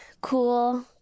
cool